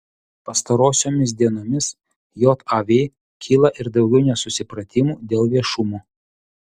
pastarosiomis dienomis jav kyla ir daugiau nesusipratimų dėl viešumo